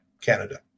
Canada